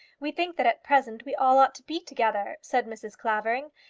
we think that at present we all ought to be together, said mrs. clavering,